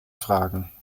fragen